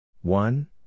One